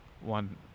one